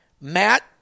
Matt